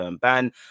ban